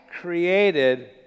created